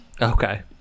okay